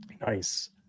Nice